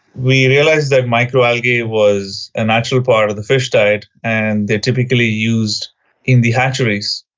we realised that microalgae was a natural part of the fish diet and they're typically used in the hatcheries.